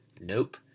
Nope